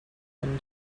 than